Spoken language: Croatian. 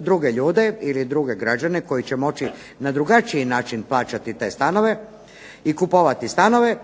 druge ljude ili druge građane koji će moći na drugačiji način plaćati te stanove i kupovati stanove.